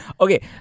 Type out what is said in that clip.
Okay